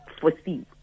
foresee